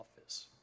office